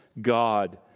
God